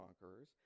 conquerors